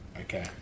Okay